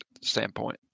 standpoint